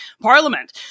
parliament